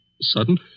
sudden